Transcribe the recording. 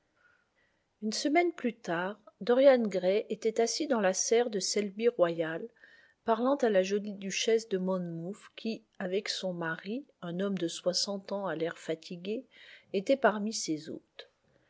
ne semaine plus tard dorian gray était assis dans la serre de selby royal parlant à la jolie duchesse de monmouth qui avec son mari un homme de soixante ans à l'air fatigué était parmi ses hôtes